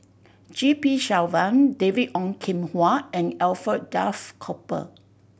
G P Selvam David Ong Kim Huat and Alfred Duff Cooper